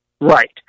right